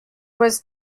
was